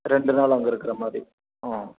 ரெண்டு நாள் அங்கே இருக்கிற மாதிரி ம்